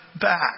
back